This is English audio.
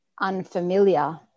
unfamiliar